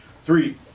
Three